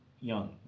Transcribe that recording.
young